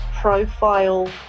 profile